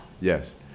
yes